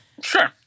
Sure